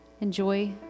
enjoy